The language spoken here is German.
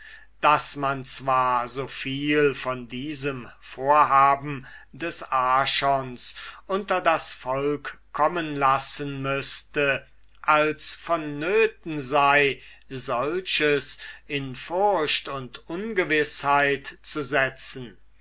daß man zwar so viel von diesem vorhaben des archons unter das volk kommen lassen müßte als vonnöten sei solches in furcht und ungewißheit zu setzen